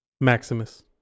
Maximus